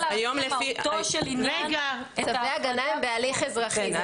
להבין במהותו של עניין את --- צווי הגנה הם בהליך אזרחי.